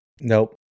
Nope